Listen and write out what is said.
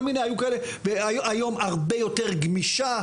והיא היום הרבה יותר גמישה,